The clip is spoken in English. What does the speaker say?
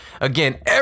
again